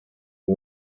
che